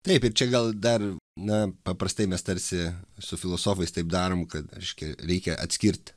taip ir čia gal dar na paprastai mes tarsi su filosofais taip darom kad reiškia reikia atskirt